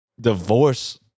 divorce